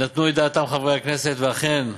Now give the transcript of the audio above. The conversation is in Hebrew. נתנו את דעתם חברי הכנסת, ואכן,